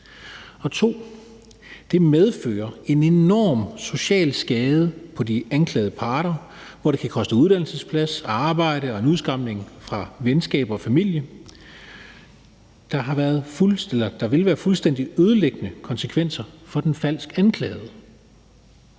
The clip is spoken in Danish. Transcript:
det andet medfører det en enorm social skade på de anklagede parter, hvor det kan koste uddannelsesplads og arbejde og en udskamning fra venskaber og familie. Der vil være fuldstændig ødelæggende konsekvenser for den falsk anklagede.